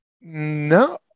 no